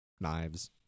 knives